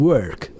Work